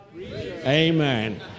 Amen